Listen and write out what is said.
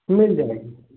मिल जाएगी